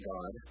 God